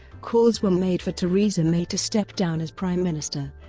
calls were made for theresa may to step down as prime minister